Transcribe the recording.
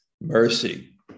mercy